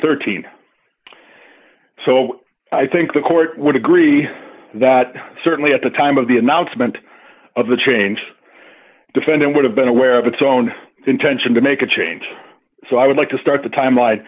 thirteen so i think the court would agree that certainly at the time of the announcement of the change defendant would have been aware of its own intention to make a change so i would like to start the timeli